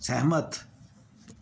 ਸਹਿਮਤ